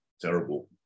terrible